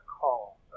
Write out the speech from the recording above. Call